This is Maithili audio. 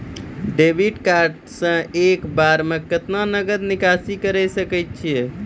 डेबिट कार्ड से एक बार मे केतना नगद निकाल सके छी?